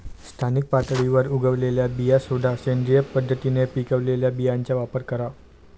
स्थानिक पातळीवर उगवलेल्या बिया शोधा, सेंद्रिय पद्धतीने पिकवलेल्या बियांचा वापर करा